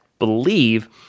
believe